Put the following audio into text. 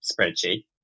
spreadsheet